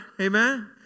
Amen